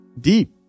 deep